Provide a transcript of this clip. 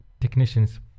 technicians